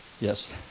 Yes